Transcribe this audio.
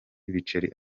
ibiceri